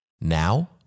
Now